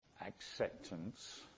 acceptance